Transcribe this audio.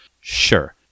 sure